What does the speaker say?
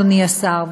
אדוני השר,